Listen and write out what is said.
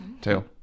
tail